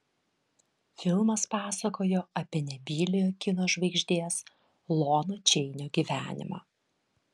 filmas pasakojo apie nebyliojo kino žvaigždės lono čeinio gyvenimą